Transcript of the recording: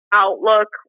outlook